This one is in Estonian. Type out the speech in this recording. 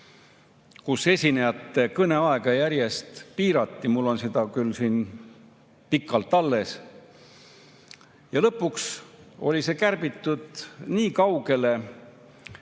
kus esinejate kõneaega järjest piirati – mul on seda siin küll pikalt alles – ja lõpuks oli seda kärbitud nii palju,